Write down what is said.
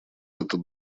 этот